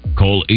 call